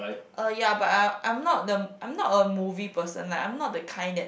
uh ya but I I'm not the I'm not a movie person like I am not the kind that